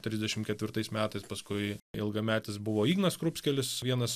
trisdešim ketvirtais metais paskui ilgametis buvo ignas skrupskelis vienas